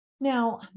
Now